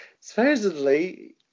Supposedly